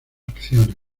acciones